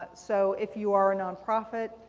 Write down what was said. ah so if you are a nonprofit,